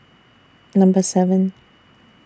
Number seven